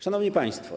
Szanowni Państwo!